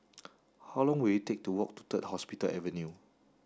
how long will it take to walk to Third Hospital Avenue